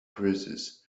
cruises